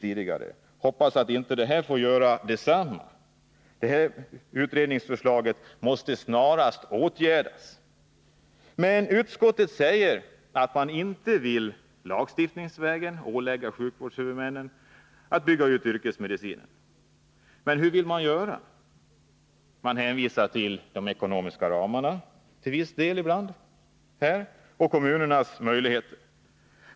Jag hoppas därför att detsamma inte händer med det här förslaget. I stället måste förslaget snarast leda till åtgärder. Utskottet vill emellertid inte lagstiftningsvägen ålägga sjukvårdshuvudmännen att bygga ut yrkesmedicinen. Vad vill man då göra? Man hänvisar till de ekonomiska ramarna — åtminstone i viss mån — och till kommunernas möjligheter.